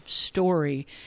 story